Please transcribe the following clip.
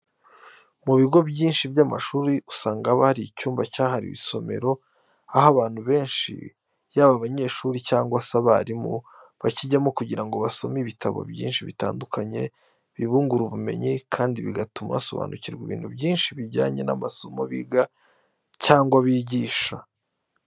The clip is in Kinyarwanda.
Mu bigo byinshi by'amashuri usanga haba hari icyumba cyahariwe isomero, aho abantu benshi yaba abanyeshuri cyangwa se abarimu bakijyamo kugira ngo basome ibitabo byinshi bitandukanye bibungura ubumenyi kandi bigatuma basobanukirwa ibintu byinshi bijyanye n'amasomo biga cyangwa bigisha.